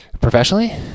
professionally